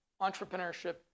entrepreneurship